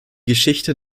geschichte